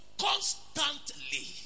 constantly